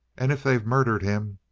and if they've murdered him